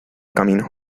camino